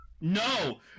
No